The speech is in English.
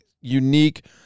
unique